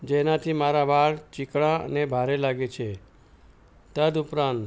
જેનાથી મારા વાળ ચીકણાં અને ભારે લાગે છે તદ્ઉપરાંત